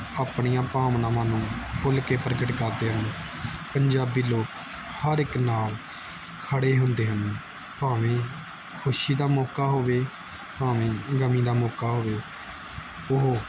ਆਪਣੀਆਂ ਭਾਵਨਾਵਾਂ ਨੂੰ ਖੁੱਲ੍ਹ ਕੇ ਪ੍ਰਗਟ ਕਰਦੇ ਹਨ ਪੰਜਾਬੀ ਲੋਕ ਹਰ ਇੱਕ ਨਾਲ ਖੜ੍ਹੇ ਹੁੰਦੇ ਹਨ ਭਾਵੇਂ ਖੁਸ਼ੀ ਦਾ ਮੌਕਾ ਹੋਵੇ ਭਾਵੇਂ ਗਮੀਂ ਦਾ ਮੌਕਾ ਹੋਵੇ ਉਹ